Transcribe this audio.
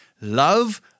love